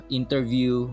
interview